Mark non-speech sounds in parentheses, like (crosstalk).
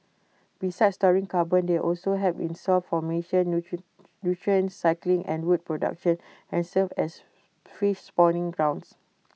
besides storing carbon they also help in soil formation (unintelligible) nutrient cycling and wood production and serve as fish spawning grounds